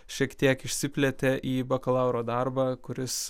šiek tiek išsiplėtė į bakalauro darbą kuris